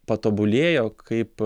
patobulėjo kaip